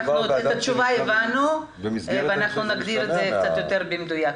את התשובה הבנו ואנחנו נגדיר את זה יותר במדויק.